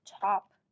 top